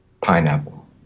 Pineapple